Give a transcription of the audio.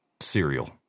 cereal